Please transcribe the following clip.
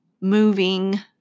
moving